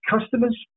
customers –